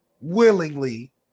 willingly